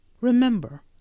Remember